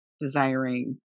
desiring